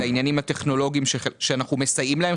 העניינים הטכנולוגיים שאנחנו מסייעים להם,